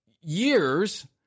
years